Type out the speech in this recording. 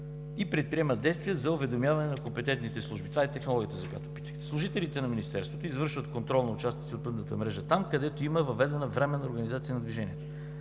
и предприемат действия за уведомяване на компетентните служби. Това е технологията, за която питахте. Служителите на Министерството извършват контрол на участъци от пътната мрежа там, където има въведена временна организация на движението.